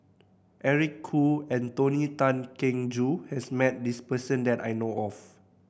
Eric Khoo and Tony Tan Keng Joo has met this person that I know of